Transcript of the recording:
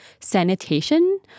sanitation